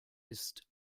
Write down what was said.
ist